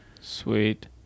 Sweet